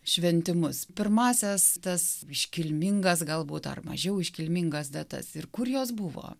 šventimus pirmąsias tas iškilmingas galbūt ar mažiau iškilmingas datas ir kur jos buvo